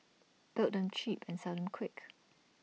build them cheap and sell them quick